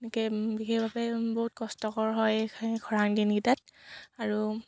এনেকৈ বিশেষভাৱে বহুত কষ্টকৰ হয় খৰাং দিনকেইটাত আৰু